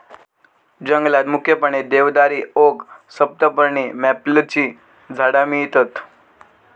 जंगलात मुख्यपणे देवदारी, ओक, सप्तपर्णी, मॅपलची झाडा मिळतत